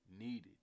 needed